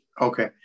Okay